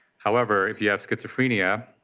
however, if you have schizophrenia,